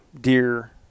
deer